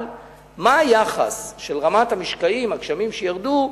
אבל מה רמת המשקעים, הגשמים שירדו,